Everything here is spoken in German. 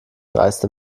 dreiste